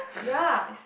ya it's